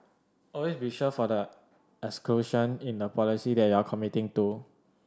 always be sure for the exclusion in the policy that you are committing to